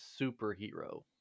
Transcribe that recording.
superhero